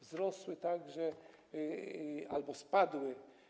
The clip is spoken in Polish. Wzrosły także, albo spadły.